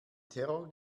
terror